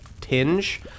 tinge